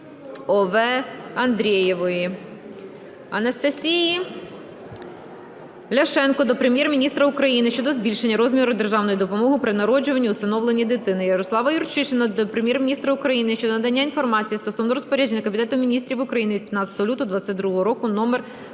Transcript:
О.В.Андрєєвої. Анастасії Ляшенко до Прем'єр-міністра України щодо збільшення розміру державної допомоги при народженні (усиновленні) дитини. Ярослава Юрчишина до Прем'єр-міністра України щодо надання інформації стосовно Розпорядження Кабінету Міністрів України від 15 лютого 2022 року №148-р.